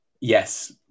Yes